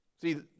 See